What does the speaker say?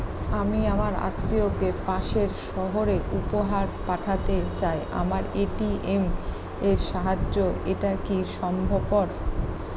আমি আমার আত্মিয়কে পাশের সহরে উপহার পাঠাতে চাই আমার এ.টি.এম এর সাহায্যে এটাকি সম্ভবপর?